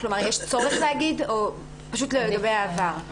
יש צורך להגיד את זה או שיאמר פשוט לגבי העבר?